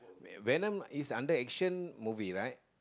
venom is under action movie right